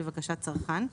לבקשת צרכן,